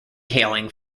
hailing